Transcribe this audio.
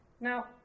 Now